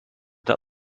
that